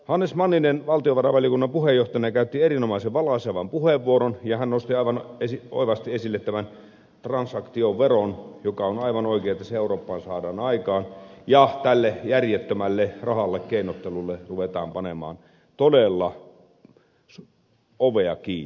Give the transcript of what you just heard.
hannes manninen valtiovarainvaliokunnan puheenjohtajana käytti erinomaisen valaisevan puheenvuoron ja hän nosti aivan oivasti esille tämän transaktioveron ja on aivan oikein että se eurooppaan saadaan aikaan ja tälle järjettömälle rahalla keinottelulle ruvetaan panemaan todella ovea kiinni